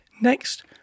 Next